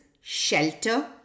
shelter